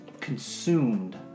consumed